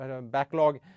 backlog